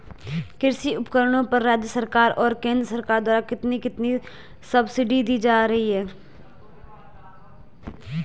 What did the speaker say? कृषि उपकरणों पर राज्य सरकार और केंद्र सरकार द्वारा कितनी कितनी सब्सिडी दी जा रही है?